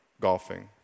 golfing